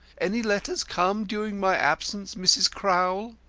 any letters come during my absence, mrs. crowl?